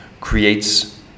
creates